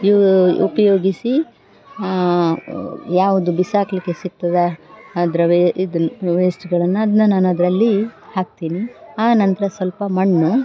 ಇವು ಉಪಯೋಗಿಸಿ ಯಾವುದು ಬಿಸಾಕಲಿಕ್ಕೆ ಸಿಗ್ತದೆ ಅದರ ವೇ ಇದನ್ನು ವೇಸ್ಟ್ಗಳನ್ನು ಅದನ್ನ ನಾನು ಅದರಲ್ಲಿ ಹಾಕ್ತೀನಿ ಆ ನಂತರ ಸ್ವಲ್ಪ ಮಣ್ಣು